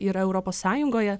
yra europos sąjungoje